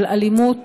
של אלימות